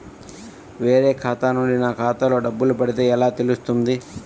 వేరే ఖాతా నుండి నా ఖాతాలో డబ్బులు పడితే ఎలా తెలుస్తుంది?